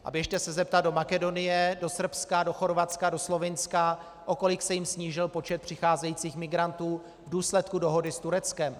A běžte se zeptat do Makedonie, do Srbska, do Chorvatska, do Slovinska, o kolik se jim snížil počet přicházejících migrantů v důsledku dohody s Tureckem.